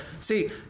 see